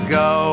go